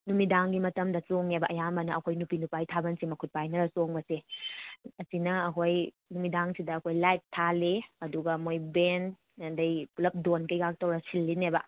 ꯅꯨꯃꯤꯗꯥꯡꯒꯤ ꯃꯇꯝꯗ ꯆꯣꯡꯉꯦꯕ ꯑꯌꯥꯝꯕꯅ ꯑꯩꯈꯣꯏ ꯅꯨꯄꯤ ꯅꯨꯄꯥꯒꯤ ꯊꯥꯕꯜꯁꯦ ꯃꯈꯨꯠ ꯄꯥꯏꯅꯔ ꯆꯣꯡꯕꯁꯦ ꯑꯁꯤꯅ ꯑꯩꯈꯣꯏ ꯅꯨꯃꯤꯗꯥꯡꯁꯤꯗ ꯑꯩꯈꯣꯏ ꯂꯥꯏꯠ ꯊꯥꯜꯂꯤ ꯑꯗꯨꯒ ꯃꯣꯏ ꯕꯦꯟ ꯑꯗꯩ ꯄꯨꯂꯞ ꯗꯣꯟ ꯀꯩꯀꯥ ꯇꯧꯔ ꯁꯤꯜꯂꯤꯅꯦꯕ